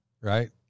right